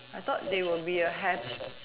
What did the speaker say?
I thought they will be a hatch